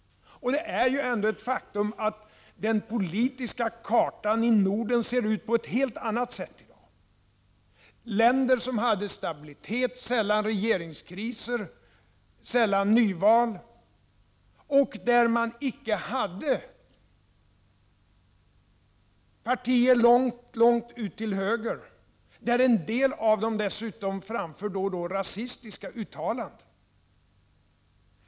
Det är ju ändå ett faktum att den politiska kartan i Norden i dag ser ut på ett helt annat sätt än tidigare. Nordens länder hade tidigare stabilitet, drabbades sällan av regeringskriser och anordnade sällan nyval. I dessa länder hade man tidigare inte partier långt ut till höger, partier som man har nu och av vilka en del dessutom då och då gör rasistiska uttalanden.